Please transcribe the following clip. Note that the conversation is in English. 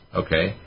okay